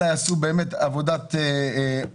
אלא יעשו באמת עבודת עומק,